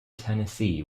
tennessee